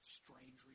strange